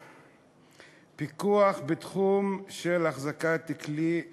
פיקוח בתחום של החזקת כלי ירייה.